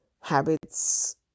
habits